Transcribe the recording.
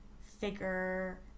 figure